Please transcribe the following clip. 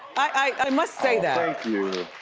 i must say that. thank you.